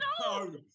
No